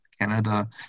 canada